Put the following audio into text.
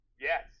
Yes